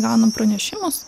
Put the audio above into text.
gaunam pranešimus